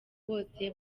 bose